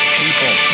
people